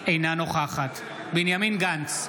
אינה נוכחת בנימין גנץ,